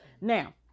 Now